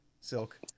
Silk